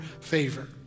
favor